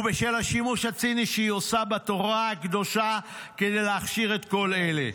ובשל השימוש הציני שהיא עושה בתורה הקדושה כדי להכשיר את כל אלה".